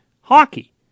hockey